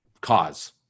cause